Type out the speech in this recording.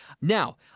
Now